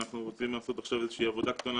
ואנחנו רוצים לעשות עכשיו איזושהי עבודה קטנה